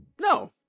No